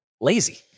lazy